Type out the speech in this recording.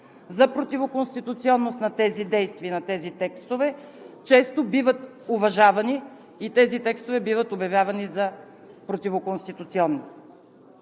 за противоконституционност на тези действия, на тези текстове, често биват уважавани и текстовете биват обявявани за противоконституционни.